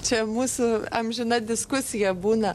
čia mūsų amžina diskusija būna